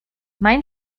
mein